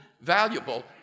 valuable